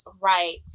right